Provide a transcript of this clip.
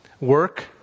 work